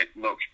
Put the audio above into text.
look